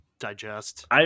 digest